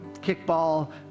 kickball